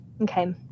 Okay